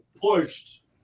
pushed